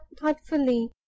thoughtfully